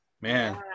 man